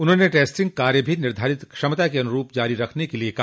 उन्होंने टेस्टिंग कार्य भी निर्धारित क्षमता के अनुरूप जारी रखने के लिये कहा